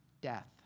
death